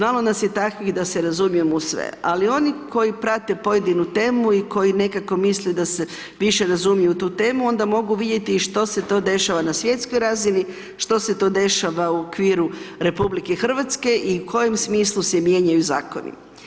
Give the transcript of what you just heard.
Malo nas je takvih da se razumijemo u sve, ali oni koji prate pojedinu temu i koji nekako misle da se više razumiju u tu temu, onda mogu vidjeti i što se to dešava na svjetskoj razini, što se to dešava u okviru Republike Hrvatske i u kojem smislu se mijenjaju Zakoni.